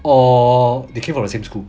or they came from the same school